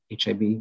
HIV